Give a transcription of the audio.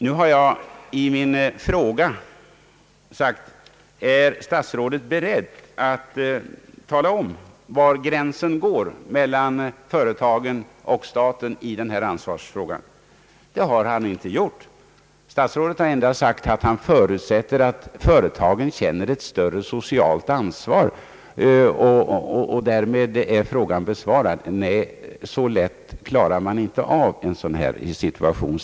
Nu har jag i min interpellation frågat: Är herr statsrådet beredd att tala om var gränsen går mellan företagen och staten i denna ansvarsfråga? Det har han inte gjort. Statsrådet har endast sagt att han förutsätter att företagen känner ett större socialt ansvar, och därmed är frågan besvarad. Nej, statsrådet Wickman, så lätt klarar man inte av en sådan situation!